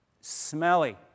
smelly